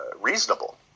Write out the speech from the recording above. reasonable